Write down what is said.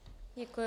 Děkuji.